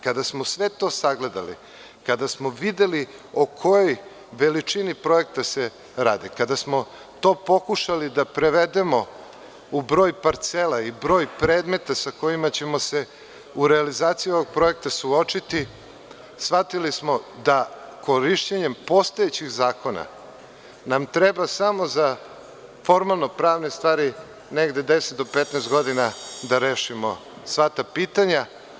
Kada smo sve to sagledali, kada smo videli o kojoj veličini projekta se radi, kada smo to pokušali da prevedemo u broj parcela i broj predmeta sa kojima ćemo se u realizaciji ovog projekta suočiti, shvatili smo da korišćenjem postojećeg zakona nam treba samo za formalnopravne stvari negde 10 do 15 godina da rešimo sva ta pitanja.